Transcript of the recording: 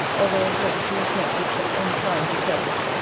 although of late she has met with such unkind returns.